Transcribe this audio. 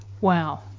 Wow